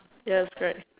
ya that's right